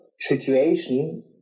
situation